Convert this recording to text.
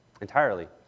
entirely